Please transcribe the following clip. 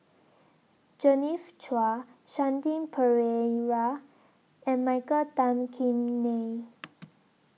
Genevieve Chua Shanti Pereira and Michael Tan Kim Nei